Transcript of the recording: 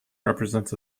represents